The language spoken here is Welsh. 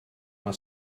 mae